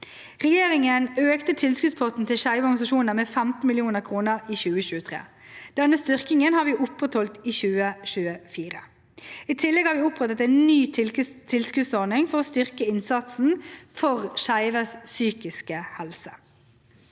Regjeringen økte tilskuddspotten til skeive organisasjoner med 15 mill. kr i 2023. Denne styrkingen har vi opprettholdt i 2024. I tillegg har vi opprettet en ny tilskuddsordning for å styrke innsatsen for skeives psykiske helse.